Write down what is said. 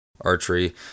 archery